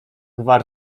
gwar